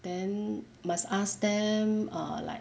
then must ask them err like